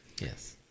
Yes